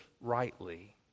rightly